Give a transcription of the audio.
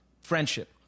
friendship